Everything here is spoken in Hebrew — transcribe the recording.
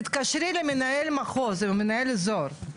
תתקשרי למנהל מחוז ומנהל אזור,